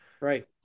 Right